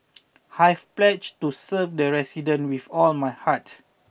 I've pledged to serve the resident with all my heart